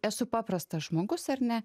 esu paprastas žmogus ar ne